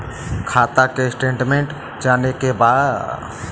खाता के स्टेटमेंट जाने के बा?